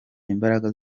imbaraga